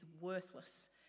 worthless